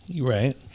Right